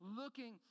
looking